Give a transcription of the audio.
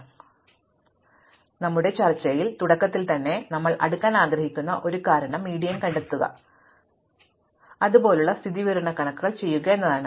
ഞങ്ങളുടെ ചർച്ചയുടെ തുടക്കത്തിൽ തന്നെ ഞങ്ങൾ അടുക്കാൻ ആഗ്രഹിക്കുന്ന ഒരു കാരണം മീഡിയൻ കണ്ടെത്തുക പോലുള്ള സ്ഥിതിവിവരക്കണക്കുകൾ ചെയ്യുക എന്നതാണ്